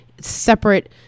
separate